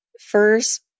First